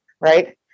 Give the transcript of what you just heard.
right